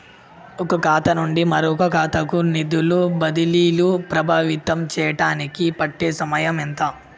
ఒక ఖాతా నుండి మరొక ఖాతా కు నిధులు బదిలీలు ప్రభావితం చేయటానికి పట్టే సమయం ఎంత?